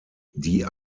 die